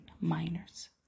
minors